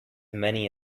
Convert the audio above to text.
many